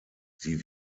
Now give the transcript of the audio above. sie